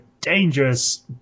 dangerous